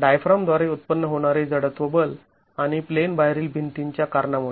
डायफ्रामद्वारे उत्पन्न होणारे जडत्व बल आणि प्लेन बाहेरील भिंतींच्या कारणामुळे